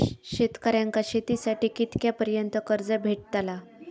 शेतकऱ्यांका शेतीसाठी कितक्या पर्यंत कर्ज भेटताला?